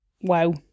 Wow